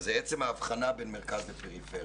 וזה עצם ההבחנה בין מרכז לפריפריה.